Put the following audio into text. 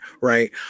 right